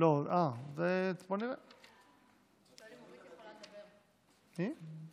אנחנו עוברים לנושא הבא על סדר-היום,